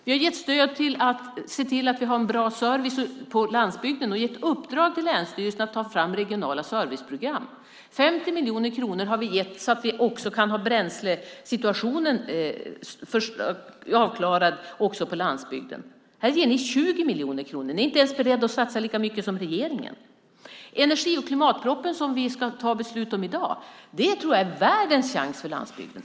Vi har gett stöd för att se till att vi har en bra service på landsbygden och gett uppdrag till länsstyrelserna att ta fram regionala serviceprogram. 50 miljoner kronor har vi gett så att vi kan ha bränslesituationen avklarad också på landsbygden. Här ger ni 20 miljoner kronor - ni är inte ens beredda att satsa lika mycket som regeringen. Energi och klimatpropositionen, som det ska fattas beslut om i dag, tror jag är världens chans för landsbygden.